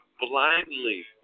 Blindly